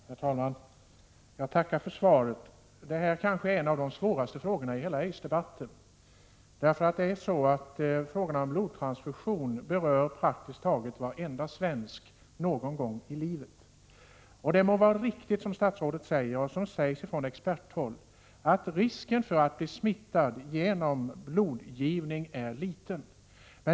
Herr talman! Jag tackar för svaret. Detta gäller kanske en av de svåraste frågorna i hela aidsdebatten. Frågan om blodtransfusion berör praktiskt taget varenda svensk någon gång i livet. Det må vara riktigt som statsrådet säger och som sägs från experthåll: att risken att bli smittad genom blodtransfusion är liten.